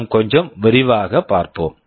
இன்னும் கொஞ்சம் விரிவாகப் பார்ப்போம்